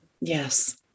Yes